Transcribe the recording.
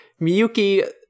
Miyuki